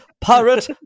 pirate